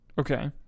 Okay